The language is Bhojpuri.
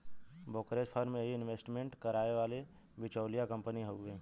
ब्रोकरेज फर्म यही इंवेस्टमेंट कराए वाली बिचौलिया कंपनी हउवे